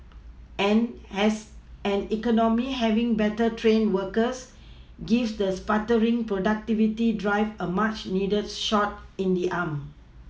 and as an economy having better trained workers gives the sputtering productivity drive a much needed shot in the arm